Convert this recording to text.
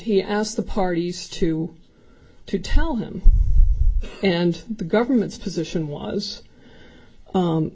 he asked the parties to to tell him and the government's position was